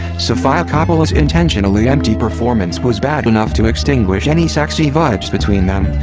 sofia coppola's intentionally empty performance was bad enough to extinguish any sexy vibes between them,